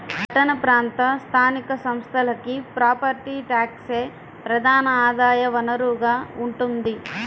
పట్టణ ప్రాంత స్థానిక సంస్థలకి ప్రాపర్టీ ట్యాక్సే ప్రధాన ఆదాయ వనరుగా ఉంటోంది